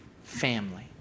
family